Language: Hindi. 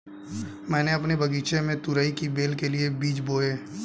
मैंने अपने बगीचे में तुरई की बेल के लिए बीज बोए